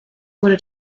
wurde